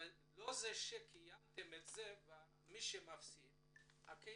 לא רק שלא קיימתם את זה, גם מי שמפסיד הם הקהילה,